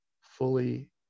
fully